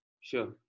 sure